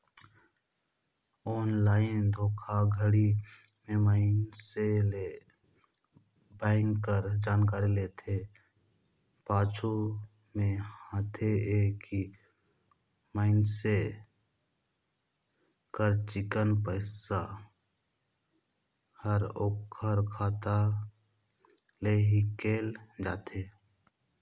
online धोखाघड़ी में मइनसे ले बेंक कर जानकारी लेथे, पाछू में होथे ए कि मइनसे कर चिक्कन पइसा हर ओकर खाता ले हिंकेल जाथे